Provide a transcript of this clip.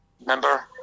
remember